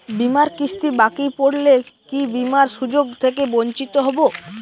বিমার কিস্তি বাকি পড়লে কি বিমার সুযোগ থেকে বঞ্চিত হবো?